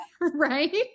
Right